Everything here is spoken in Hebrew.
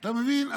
אתה מבין?